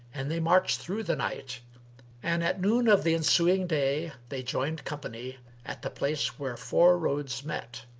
and they marched through the night and at noon of the ensuing day they joined company at the place where four roads met.